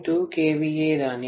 2 kVA தானே